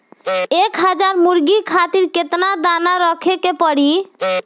एक हज़ार मुर्गी खातिर केतना दाना रखे के पड़ी?